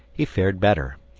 he fared better,